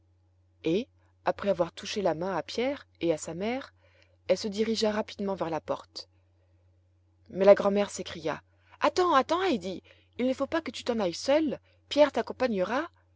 et après avoir touché la main à pierre et à sa mère elle se dirigea rapidement vers la porte mais la grand'mère s'écria attends attends heidi il ne faut pas que tu t'en ailles seule pierre t'accompagnera